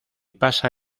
pasa